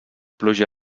pluja